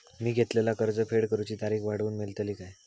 मी घेतलाला कर्ज फेड करूची तारिक वाढवन मेलतली काय?